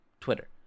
Twitter